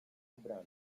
ubrana